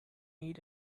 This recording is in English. eat